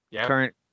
current